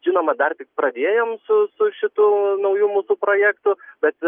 žinoma dar tik pradėjom su su šitu nauju mūsų projektų bet